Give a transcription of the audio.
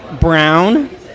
brown